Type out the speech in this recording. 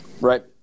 right